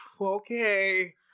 okay